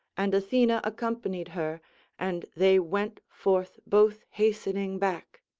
and athena accompanied her and they went forth both hastening back.